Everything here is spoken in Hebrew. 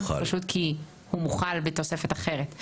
כי הוא מוחל בתוספת אחרת.